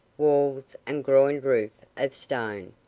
walls, and groined roof of stone,